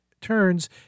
turns